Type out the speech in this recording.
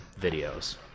videos